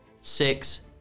six